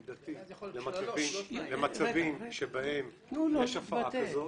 מידתי למצבים שבהם יש הפרה כזאת.